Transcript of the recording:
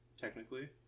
technically